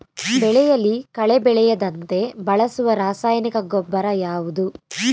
ಬೆಳೆಯಲ್ಲಿ ಕಳೆ ಬೆಳೆಯದಂತೆ ಬಳಸುವ ರಾಸಾಯನಿಕ ಗೊಬ್ಬರ ಯಾವುದು?